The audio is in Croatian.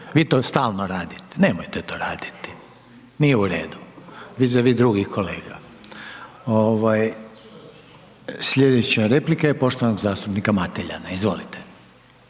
vi to stalno radite. Nemojte to raditi. Nije u redu vis a vis drugih kolega. Sljedeća replika je poštovanog zastupnika Mateljana. Izvolite.